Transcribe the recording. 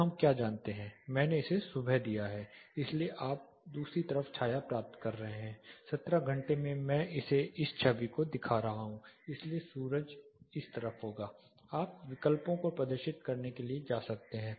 तो हम क्या जानते हैं मैंने इसे सुबह दिया है इसलिए आप दूसरी तरफ छाया प्राप्त कर रहे हैं 17 घंटे मैं मैं इसे इस छवि को दिखा रहा हूं इसलिए सूरज इस तरफ होगा आप विकल्पों को प्रदर्शित करने के लिए जा सकते हैं